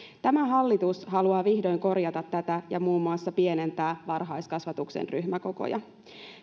tämä hallitus haluaa vihdoin korjata tätä ja muun muassa pienentää varhaiskasvatuksen ryhmäkokoja